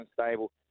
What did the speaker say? stable